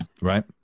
right